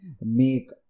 make